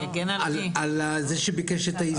על זה שביקש את האיזוק?